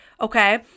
Okay